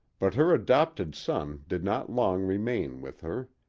but her adopted son did not long remain with her.